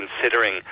considering